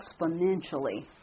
exponentially